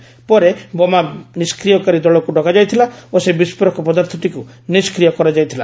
ଏହାପରେ ବୋମା ନିଷ୍କ୍ରିୟକାରୀ ଦଳକୁ ଡକାଯାଇଥିଲା ଓ ସେହି ବିସ୍ଫୋରକ ପଦାର୍ଥଟିକୁ ନିଷ୍କ୍ରିୟ କରାଯାଇଥିଲା